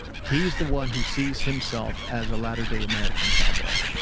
he's the one who sees himself as a latter-day american cowboy.